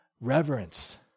reverence